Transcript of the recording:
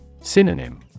Synonym